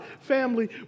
Family